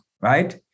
right